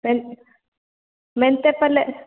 ಸರಿ ಮೆಂತ್ಯೆ ಪಲ್ಯ